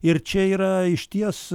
ir čia yra išties